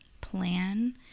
plan